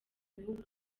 bihugu